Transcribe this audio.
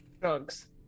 drugs